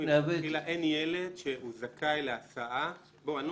אין ילד שהוא זכאי להסעה ולא מקבל.